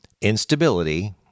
instability